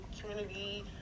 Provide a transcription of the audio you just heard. community